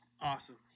awesome